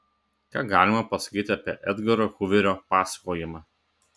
ką galima pasakyti apie edgaro huverio pasakojimą